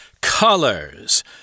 colors